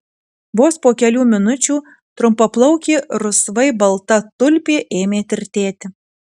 vos po kelių minučių trumpaplaukė rusvai balta tulpė ėmė tirtėti